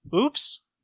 Oops